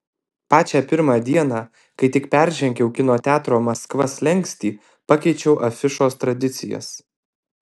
pačią pirmą dieną kai tik peržengiau kino teatro maskva slenkstį pakeičiau afišos tradicijas